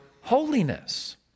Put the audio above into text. holiness